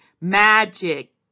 magic